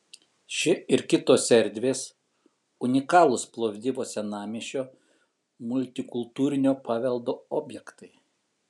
ši ir kitos erdvės unikalūs plovdivo senamiesčio multikultūrinio paveldo objektai